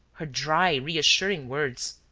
her dry, reassuring words,